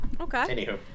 Okay